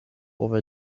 over